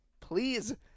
please